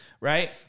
right